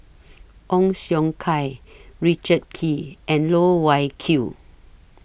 Ong Siong Kai Richard Kee and Loh Wai Kiew